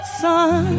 sun